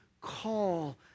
call